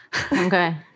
Okay